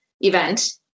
event